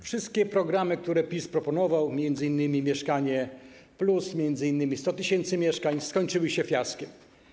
Wszystkie programy, które PiS proponował, m.in. ˝Mieszkanie+˝ czy 100 tys. mieszkań, skończyły się fiaskiem.